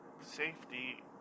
safety